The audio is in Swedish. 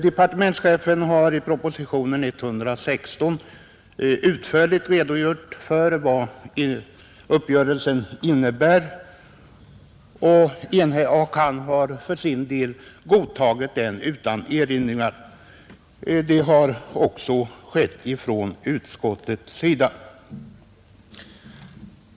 Departementschefen har i propositionen 116 utförligt redogjort för uppgörelsens innebörd och för sin del godtagit den utan erinringar, och det har också utskottet gjort.